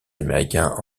américains